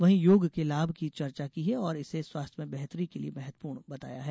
वहीं योग के लाभ की चर्चा की है और इसे स्वास्थ्य में बेहतरी के लिए महत्वपूर्ण बताया है